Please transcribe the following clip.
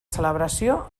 celebració